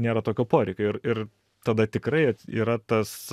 nėra tokio poreikio ir ir tada tikrai yra tas